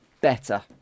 better